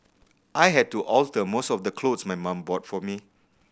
I had to alter most of the clothes my mum bought for me